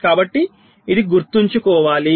కాబట్టి ఇది గుర్తుంచుకోవాలి